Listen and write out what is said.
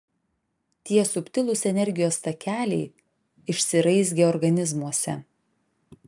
tie subtilūs energijos takeliai išsiraizgę organizmuose